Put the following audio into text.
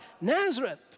Nazareth